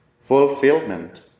fulfillment